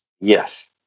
Yes